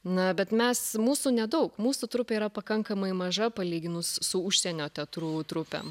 na bet mes mūsų nedaug mūsų trupė yra pakankamai maža palyginus su užsienio teatrų trupėm